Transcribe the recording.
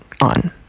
on